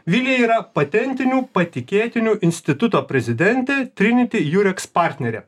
vilija yra patentinių patikėtinių instituto prezidentė triniti jurex partnerė